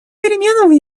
перемен